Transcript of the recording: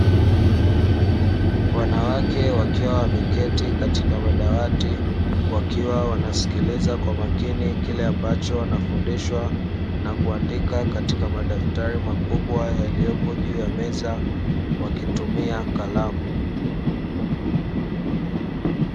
Wanawake wakiwa wameketi katika madawati, wakiwa wanasikiliza kwa makini kile ambacho wanafundishwa, na kuandika katika madaftari makubwa yaliyopo juu ya meza, wakitumia kalamu.